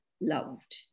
loved